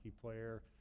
player